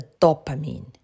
dopamine